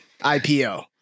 IPO